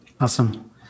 Awesome